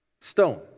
stone